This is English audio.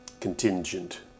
contingent